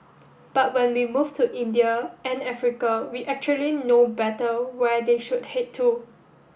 but when we move to India and Africa we actually know better where they should head to